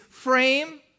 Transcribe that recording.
Frame